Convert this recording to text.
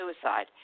suicide